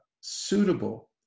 Suitable